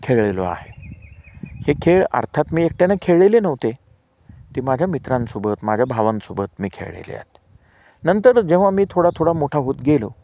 खेळलो आहे हे खेळ अर्थात मी एकट्यानं खेळलेले नव्हते ती माझ्या मित्रांसोबत माझ्या भावांसोबत मी खेळलेले आहेत नंतर जेव्हा मी थोडा थोडा मोठा होत गेलो